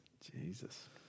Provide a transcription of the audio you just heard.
Jesus